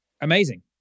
amazing